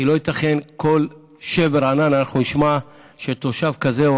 כי לא ייתכן שבכל שבר ענן אנחנו נשמע שתושב כזה או